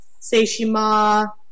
Seishima